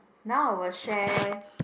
now I will share